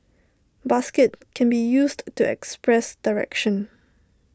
basket can be used to express direction